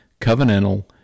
covenantal